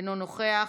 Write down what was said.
אינו נוכח,